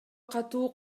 катуу